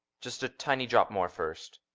just a tiny drop more first.